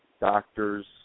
doctors